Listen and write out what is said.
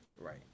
Right